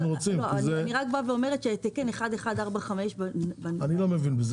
תקן 1145 --- אני לא מבין בזה.